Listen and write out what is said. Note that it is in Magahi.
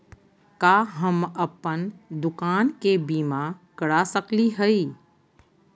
का हम अप्पन दुकान के बीमा करा सकली हई?